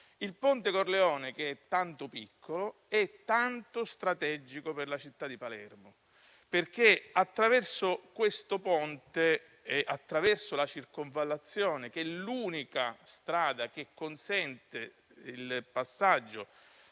Il ponte Corleone, che è tanto piccolo, è tanto strategico per la città di Palermo, perché questo ponte e la circonvallazione sono l'unica strada che consente il passaggio